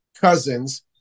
cousins